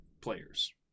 players